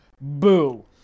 Boo